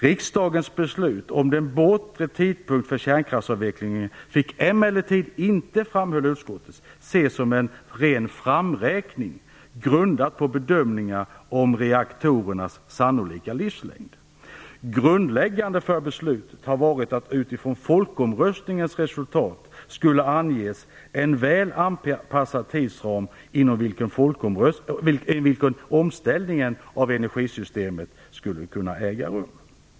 Riksdagens beslut om en bortre tidpunkt för kärnkraftsavvecklingen fick emellertid inte, framhöll utskottet, ses som en ren framräkning grundad på bedömningar om reaktorernas sannolika livslängd. Grundläggande för beslutet har varit att det utifrån folkomröstningens resultat skulle anges en väl anpassad tidsram inom vilken omställningen av energisystemet skulle kunna äga rum.